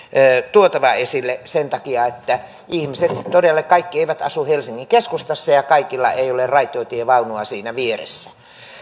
tuotava esille sen takia että todella kaikki ihmiset eivät asu helsingin keskustassa ja ja kaikilla ei ole raitiotievaunua siinä vieressä